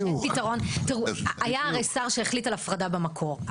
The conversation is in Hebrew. היה הרי שר שהחליט על הפרדה במקור,